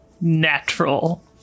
Natural